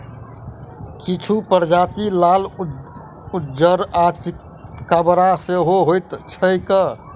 किछु प्रजाति लाल, उज्जर आ चितकाबर सेहो होइत छैक